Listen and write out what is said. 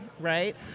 right